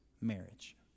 Marriage